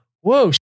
whoa